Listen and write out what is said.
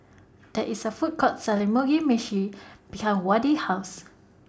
There IS A Food Court Selling Mugi Meshi behind Wade's House